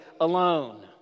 alone